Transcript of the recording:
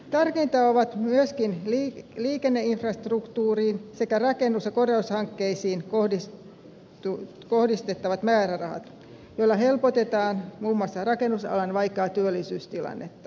tärkeitä ovat myöskin liikenneinfrastruktuuriin sekä rakennus ja korjaushankkeisiin kohdistettavat määrärahat joilla helpotetaan muun muassa rakennusalan vaikeaa työllisyystilannetta